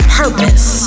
purpose